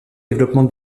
développement